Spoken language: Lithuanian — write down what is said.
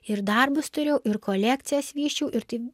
ir darbus turėjau ir kolekcijas vysčiau ir taip